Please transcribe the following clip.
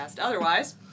otherwise